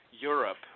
Europe